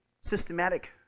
systematic